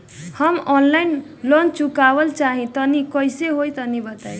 हम online loan चुकावल चाहऽ तनि कइसे होई तनि बताई?